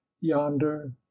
Yonder